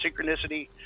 synchronicity